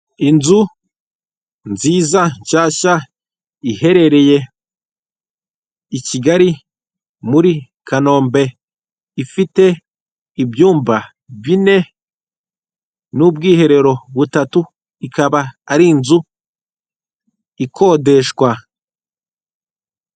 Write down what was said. Inzu nziza nshyashya iherereye i Kigali muri Kanombe, ifite ibyumba bine n'ubwiherero butatu, ikaba ari inzu ikodeshwa.